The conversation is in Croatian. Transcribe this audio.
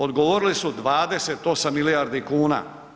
Odgovorili su 28 milijardi kuna.